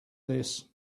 this